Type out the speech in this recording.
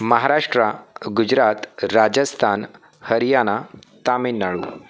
Maharashtra Gujarat Rajasthan Haryana Tamil Nadu